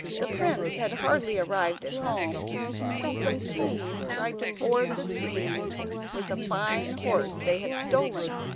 the prince had hardly arrived at home when some thieves tried to ford the stream with a fine horse they had stolen.